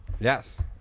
Yes